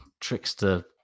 trickster